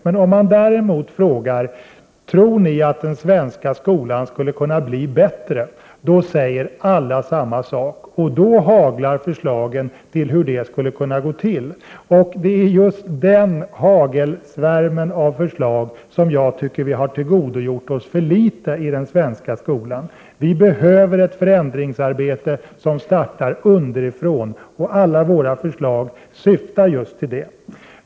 Men om man däremot frågar huruvida lärare och elever tror att den svenska skolan skulle kunna bli bättre, så säger alla samma sak, och förslagen om hur detta skulle kunna gå till haglar. Det är just den hagelsvärmen av förslag som jag tycker att vi har tillgodogjort oss för litet av i den svenska skolan. Vi behöver ett förändringsarbete som startar underifrån. Alla våra förslag syftar just till detta.